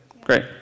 Great